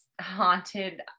haunted